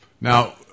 Now